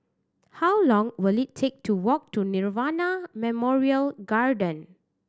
how long will it take to walk to Nirvana Memorial Garden